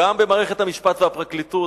גם במערכת המשפט והפרקליטות,